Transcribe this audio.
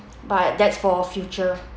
but that's for future